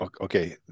Okay